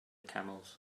camels